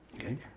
Okay